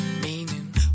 meaning